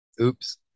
oops